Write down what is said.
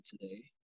today